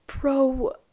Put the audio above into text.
bro